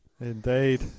Indeed